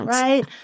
Right